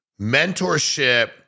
mentorship